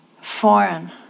foreign